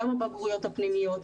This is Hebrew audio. כולל הבגרויות הפנימיות,